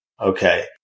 Okay